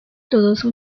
todo